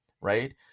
right